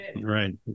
Right